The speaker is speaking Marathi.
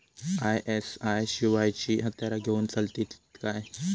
आय.एस.आय शिवायची हत्यारा घेऊन चलतीत काय?